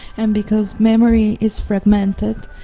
and because memory is fragmented.